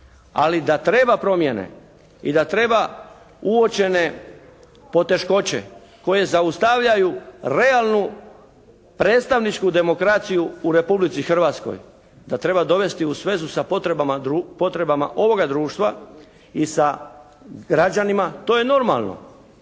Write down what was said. Ali da treba promjene i da treba uočene poteškoće koje zaustavljaju realnu predstavničku demokraciju u Republici Hrvatskoj da treba dovesti u svezu sa potrebama ovoga društva i sa građanima to je normalno.